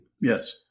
Yes